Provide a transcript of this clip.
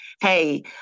hey